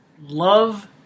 love